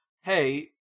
Hey